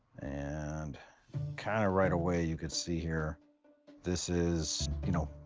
and kind of right away, you could see here this is, you know,